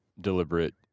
deliberate